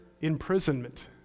imprisonment